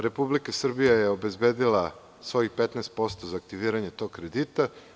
Republika Srbija je obezbedila svojih 15% za aktiviranje tog kredita.